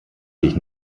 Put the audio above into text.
sich